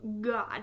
God